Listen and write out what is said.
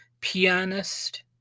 pianist